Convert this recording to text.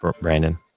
Brandon